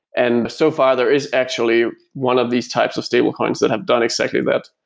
and so far, there is actually one of these types of stablecoins that have done exactly that,